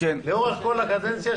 לאורך כל הקדנציה,